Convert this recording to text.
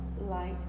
light